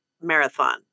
marathon